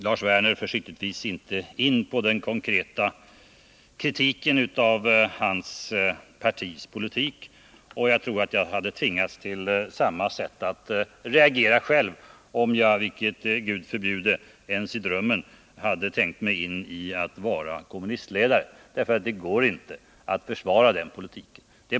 Lars Werner gick försiktigtvis inte in på den konkreta kritiken av hans partis politik. Jag tror att jag själv, om jag varit kommunistledare, vilket Gud förbjude, hade gjort på samma sätt. Det går nämligen inte att försvara den politiken.